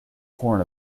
horn